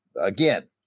again